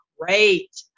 great